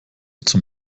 zum